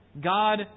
God